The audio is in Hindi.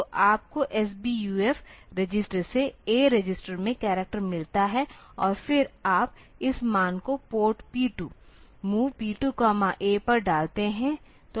तो आपको SBUF रजिस्टर से A रजिस्टर में करैक्टर मिलता है और फिर आप इस मान को port P 2 MOV P 2A पर डालते हैं